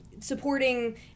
supporting